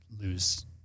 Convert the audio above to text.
lose